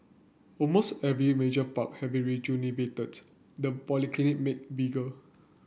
almost every major park have been rejuvenated the polyclinic made bigger